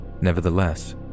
Nevertheless